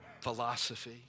philosophy